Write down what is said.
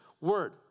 word